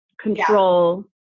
control